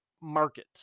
market